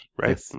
right